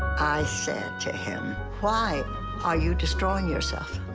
i said to him, why are you destroying yourself?